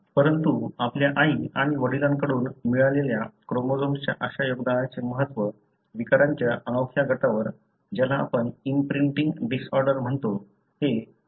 परंतु आपल्या आई आणि वडिलांकडून मिळालेल्या क्रोमोझोम्सच्या अशा योगदानाचे महत्त्व विकारांच्या अनोख्या गटावर ज्याला आपण इम्प्रिंटिंग डिसऑर्डर म्हणतो ते आपल्या समजण्यातून आले आहेत